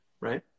right